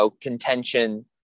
contention